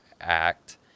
act